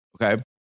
Okay